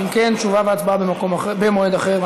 אם כן, תשובה והצבעה במועד אחר.